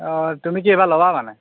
অ' তুমি কি এইবাৰ ল'বা মানে